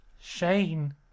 Shane